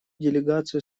делегацию